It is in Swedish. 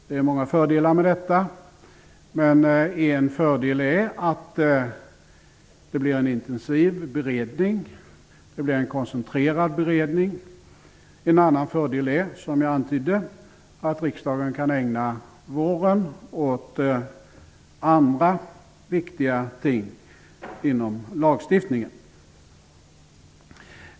Det är många fördelar med detta, men en fördel är att det blir en intensiv och koncentrerad beredning. En annan fördel är, som jag antydde, att riksdagen kan ägna våren åt andra viktiga ting inom lagstiftningen.